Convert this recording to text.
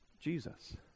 Jesus